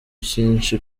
cyinshi